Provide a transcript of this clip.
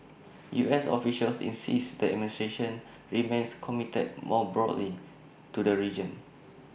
U S officials insist the administration remains committed more broadly to the region